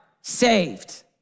saved